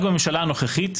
רק בממשלה המכהנת,